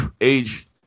age